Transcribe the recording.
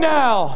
now